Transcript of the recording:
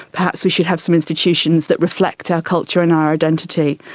perhaps we should have some institutions that reflect our culture and our identity.